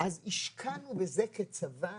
אז השקענו בזה כצבא